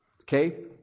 Okay